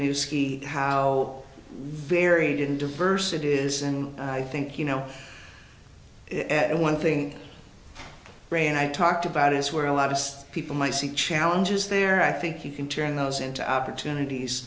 you ski how varied in diverse it is and i think you know one thing ray and i talked about is where a lot of people might see challenges there i think you can turn those into opportunities